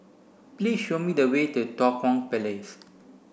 please show me the way to Tua Kong Place